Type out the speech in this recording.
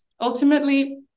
ultimately